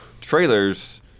trailers